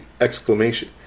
exclamation